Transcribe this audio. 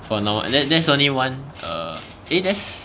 for now then that's only one err eh that's